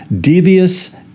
devious